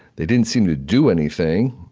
they didn't seem to do anything.